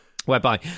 Whereby